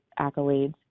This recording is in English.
accolades